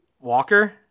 Walker